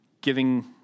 giving